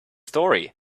story